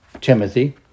Timothy